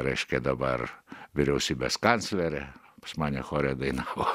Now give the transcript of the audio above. reiškia dabar vyriausybės kanclerė pas mane chore dainavo